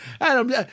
Adam